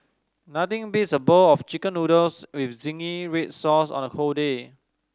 nothing beats a bowl of Chicken Noodles with zingy red sauce on a day